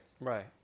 Right